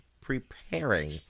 preparing